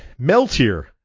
meltier